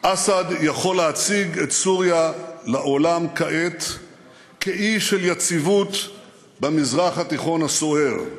"אסד יכול להציג את סוריה לעולם כעת כאי של יציבות במזרח התיכון הסוער";